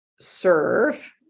serve